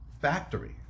factory